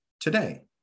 today